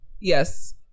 yes